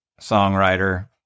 songwriter